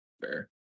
fair